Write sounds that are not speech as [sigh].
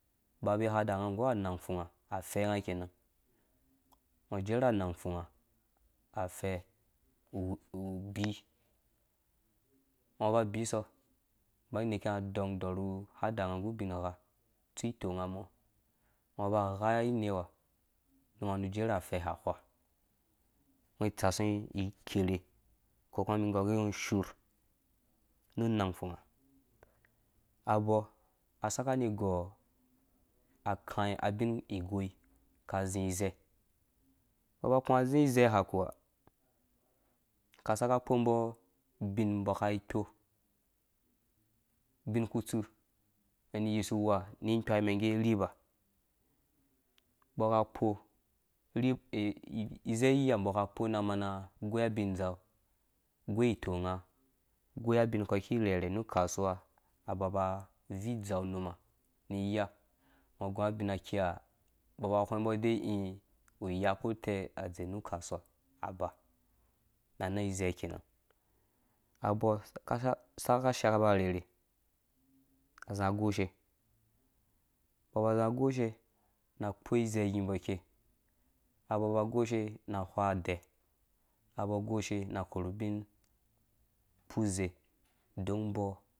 Ba be hada nga nggu anang fum ha afɛ nga keno ngɔ jerh anang fumha afɛ bii ngɔ ba bsɔ banyin neke nga dɔng ɔrhu hada nga nggu binha tsu konga mɔ ngɔ ba gha ineu ha ngɔ jerh afɛ ha wha ngɔ itsasu ngɔ kerhe ko kuma mi gɔr gɛ ngɔ shurh na nang fumha abɔɔ a saka ni dɔɔ akaĩ abin igoi ka zi izɛ mbɔ ba kuzi izɛ ha kowa ka saka kpɔ mbɔ ubin mbɔ kai kpo ubin kutsu mɛn yisu wuhani kpai mɛngge viba mbɔ ka [hesitation] ize yiha mbɔ ka kpɔ nama boi abin dzau goi honga na nama goi abin ki zi rheirhe nu kasuwa da ba vii dzau numba ni iya nggu abina kiha mbɔ ba whɛng mbɔ gɛ ĩ iya ko utɛ adzeku kasuwa aba na nang izɛ kena abɔɔ ka saka shaba ahrerhe za goshe mbɔ ba zi goshe na kpo izɛ yimbo ikei abɔɔba goshe na wha aɛk abɔɔgoshe na korhu ubin ku zei dungbo.